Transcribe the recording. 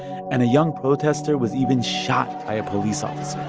and a young protester was even shot by a police officer